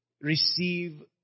receive